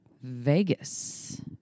Vegas